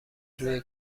روی